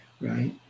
right